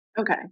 okay